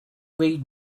read